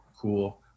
cool